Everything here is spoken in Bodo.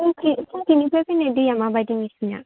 फुख्रि फुख्रिनिफ्राय फैनाय दैया माबायदि नोंसिनिया